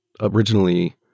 originally